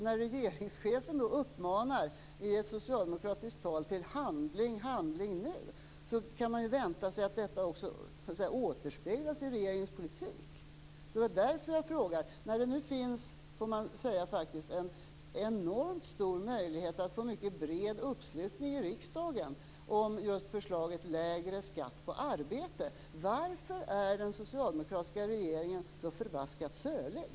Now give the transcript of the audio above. När regeringschefen i ett socialdemokratiskt tal uppmanar till handling, handling nu, borde man kunna vänta sig att detta också återspeglas i regeringens politik. Det var därför jag frågade. Nu finns en enormt stor möjlighet att få bred uppslutning i riksdagen kring ett förslag till lägre skatt på arbete. Varför är då den socialdemokratiska regeringen så förbaskat sölig?